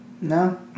no